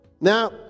Now